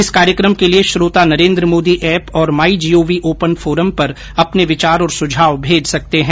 इस कार्यक्रम के लिए श्रोता नरेन्द्र मोदी एप और my G O V open forum पर अपने विचार और सुझाव भेज सकते हैं